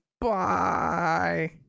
Bye